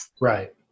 Right